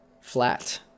flat